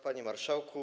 Panie Marszałku!